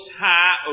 High